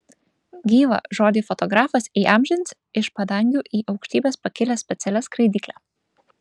gyvą žodį fotografas įamžins iš padangių į aukštybes pakilęs specialia skraidykle